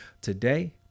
today